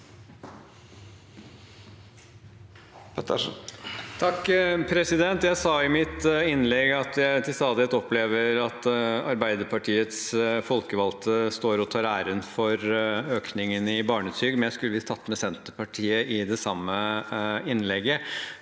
(H) Jeg sa i mitt innlegg at jeg til stadighet opplever at Arbeiderpartiets folkevalgte står og tar æren for økningen i barnetrygden, men jeg skulle visst tatt med Senterpartiet i det samme innlegget.